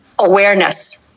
awareness